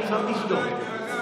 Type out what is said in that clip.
עכשיו תשתוק.